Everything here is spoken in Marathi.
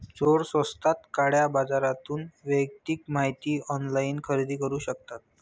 चोर स्वस्तात काळ्या बाजारातून वैयक्तिक माहिती ऑनलाइन खरेदी करू शकतात